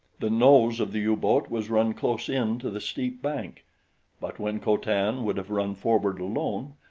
the nose of the u-boat was run close in to the steep bank but when co-tan would have run forward alone,